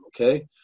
okay